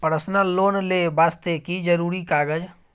Personal loan ले वास्ते की जरुरी कागज?